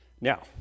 Now